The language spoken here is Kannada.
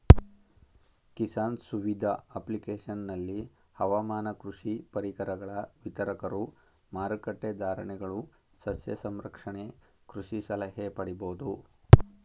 ಕಿಸಾನ್ ಸುವಿಧ ಅಪ್ಲಿಕೇಶನಲ್ಲಿ ಹವಾಮಾನ ಕೃಷಿ ಪರಿಕರಗಳ ವಿತರಕರು ಮಾರಕಟ್ಟೆ ಧಾರಣೆಗಳು ಸಸ್ಯ ಸಂರಕ್ಷಣೆ ಕೃಷಿ ಸಲಹೆ ಪಡಿಬೋದು